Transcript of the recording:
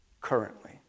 currently